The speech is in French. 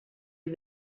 les